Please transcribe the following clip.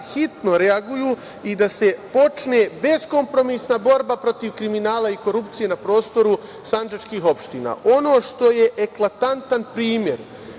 hitno reaguju i da se počne beskompromisna borba protiv kriminala i korupcije na prostoru sandžačkih opština. Ono što je eklatantan primer